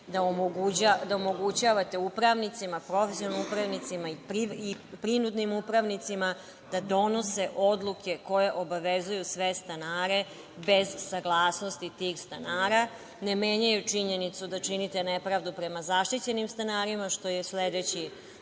da omogućavate upravnicima, profesionalnim upravnicima i prinudnim upravnicima da donose odluke koje obavezuju sve stanare bez saglasnosti tih stanara. Ne menjaju činjenicu da činite nepravdu prema zaštićenim stanarima, što je sledeći